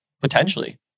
potentially